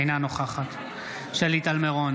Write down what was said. אינה נוכחת שלי טל מירון,